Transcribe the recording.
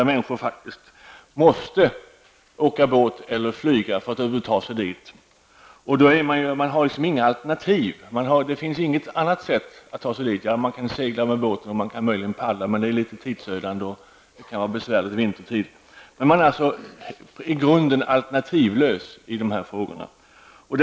Människor måste åka båt eller flyga för att över huvud taget ta sig dit eller därifrån. Man har inte något alternativ. Det finns inga andra sätt att ta sig dit, möjligen kan man segla eller paddla men det är tidsödande och kan vara besvärligt vintertid. I grunden är man alltså alternativlös i det här fallet.